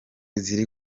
ziri